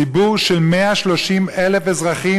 ציבור של 130,000 אזרחים,